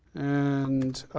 and